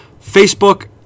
Facebook